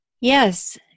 Yes